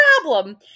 problem